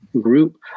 group